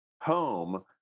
home